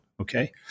Okay